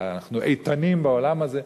שאנחנו איתנים בעולם הזה.